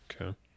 Okay